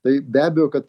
tai be abejo kad